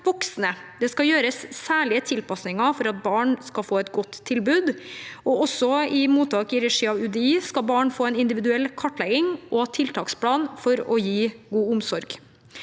Det skal gjøres særlige tilpasninger for at barn skal få et godt tilbud. Også i mottak i regi av UDI skal barn få en individuell kartlegging og en tiltaksplan for å få god omsorg.